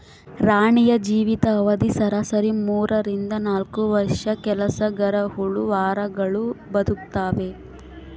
ರಾಣಿಯ ಜೀವಿತ ಅವಧಿ ಸರಾಸರಿ ಮೂರರಿಂದ ನಾಲ್ಕು ವರ್ಷ ಕೆಲಸಗರಹುಳು ವಾರಗಳು ಬದುಕ್ತಾವೆ